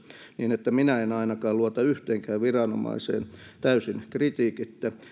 niin että minä en ainakaan luota yhteenkään viranomaiseen täysin kritiikittä